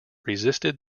resisted